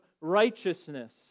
righteousness